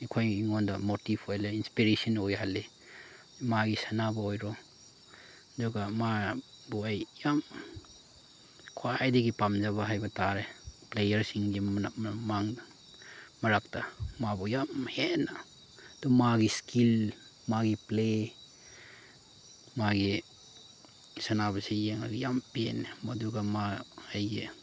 ꯑꯩꯈꯣꯏꯉꯣꯟꯗ ꯃꯣꯇꯤꯕ ꯑꯣꯏꯅ ꯏꯟꯁꯄꯤꯔꯦꯁꯟ ꯑꯣꯏꯍꯜꯂꯤ ꯃꯥꯒꯤ ꯁꯥꯟꯅꯕ ꯑꯣꯏꯔꯣ ꯑꯗꯨꯒ ꯃꯥꯕꯨ ꯑꯩ ꯌꯥꯝ ꯈ꯭ꯋꯥꯏꯗꯒꯤ ꯄꯥꯝꯖꯕ ꯍꯥꯏꯕ ꯇꯥꯔꯦ ꯄ꯭ꯂꯦꯌꯥꯔꯁꯤꯡꯒꯤ ꯃꯔꯛꯇ ꯃꯥꯕꯨ ꯌꯥꯝ ꯍꯦꯟꯅ ꯑꯗꯨ ꯃꯥꯒꯤ ꯏꯁꯀꯤꯜ ꯃꯥꯒꯤ ꯄ꯭ꯂꯦ ꯃꯥꯒꯤ ꯁꯥꯟꯅꯕꯁꯤ ꯌꯦꯡꯉꯒ ꯌꯥꯝ ꯄꯦꯟꯂꯤ ꯑꯗꯨꯒ ꯃꯥ ꯑꯩꯒꯤ